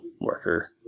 worker